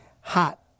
Hot